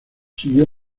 siguió